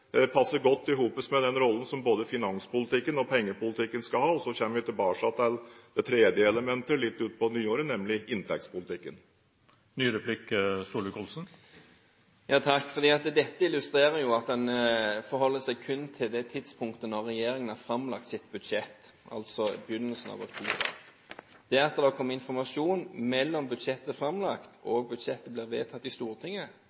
passer godt sammen med den rollen som både finanspolitikken og pengepolitikken skal ha. Så kommer vi tilbake til det tredje elementet – nemlig inntektspolitikken – litt utpå nyåret. Dette illustrerer at en forholder seg kun til det tidspunktet da regjeringen la fram sitt budsjett – altså begynnelsen av oktober. Det at det har kommet informasjon mellom framleggelsen av budsjettet og vedtaket av det i Stortinget,